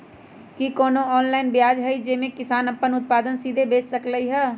कि कोनो ऑनलाइन बाजार हइ जे में किसान अपन उत्पादन सीधे बेच सकलई ह?